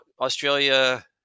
Australia